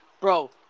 Bro